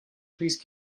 please